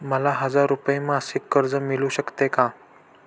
मला हजार रुपये मासिक कर्ज मिळू शकते का?